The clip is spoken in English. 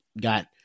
got